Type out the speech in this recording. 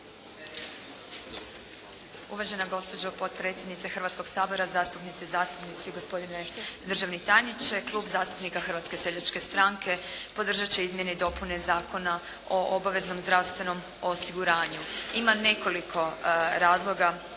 Uvažena gospođo potpredsjednice Hrvatskoga sabora, zastupnice i zastupnici, gospodine državni tajniče. Klub zastupnika Hrvatske seljačke stranke podržat će izmjene i dopune Zakona o obaveznom zdravstvenom osiguranju. Ima nekoliko razloga